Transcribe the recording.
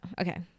Okay